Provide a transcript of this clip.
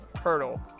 hurdle